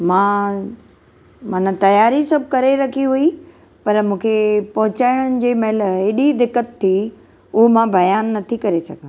मां माना तयारी सभु करे रखी हुई पर मूंखे पहुचाइण जंहिंमहिल एॾी दिक़तु थी हूअ मां ॿयानु नथी करे सघां